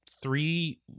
three